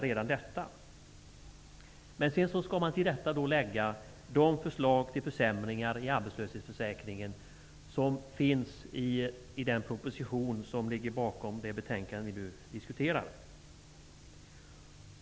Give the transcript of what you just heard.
Till det skall sedan läggas de förslag till försämringar i arbetslöshetsförsäkringen som finns i den proposition som ligger bakom det betänkande som vi nu diskuterar.